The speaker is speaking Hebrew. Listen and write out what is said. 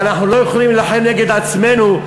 אנחנו לא יכולים להילחם נגד עצמנו,